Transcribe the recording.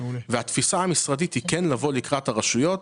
והתפיסה המשרדית היא כן לבוא לקראת הרשויות,